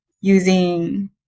using